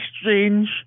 strange